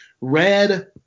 red